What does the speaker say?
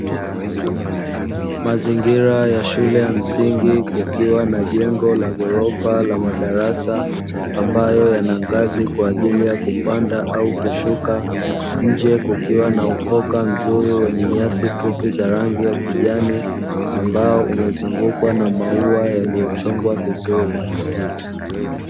Mazingira ya shule ya msingi kukiwa na jengo la ghorofa la madarasa, ambayo yanangazi kwa ajili ya kupanda au kushuka; nje kukiwa na ukoka mzuri wenye nyasi fupi za rangi ya kijani ambao umezungukwa na maua yaliyochongwa vizuri.